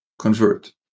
convert